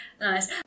Nice